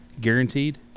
Guaranteed